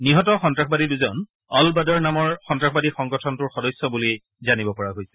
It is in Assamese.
নিহত সন্তাসবাদী দুজন অল বদৰ নামৰ সন্তাসবাদী সংগঠনটোৰ সদস্য বুলি জানিব পৰা গৈছে